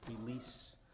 release